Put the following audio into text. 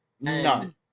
None